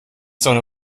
sonne